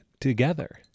together